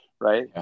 right